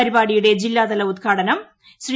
പരിഷാടിയുടെ ജില്ലാതല ഉദ്ഘാടനം ശ്രീ